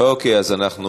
אוקיי, אז אנחנו